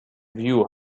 view